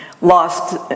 lost